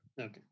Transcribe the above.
Okay